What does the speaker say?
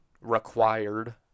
required